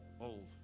old